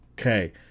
Okay